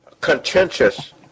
contentious